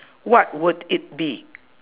what would it be